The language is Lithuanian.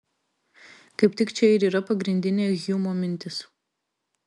kaip tik čia ir yra pagrindinė hjumo mintis